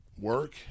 work